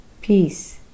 peace